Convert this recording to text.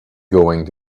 going